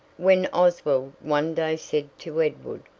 when oswald one day said to edward,